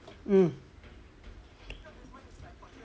mm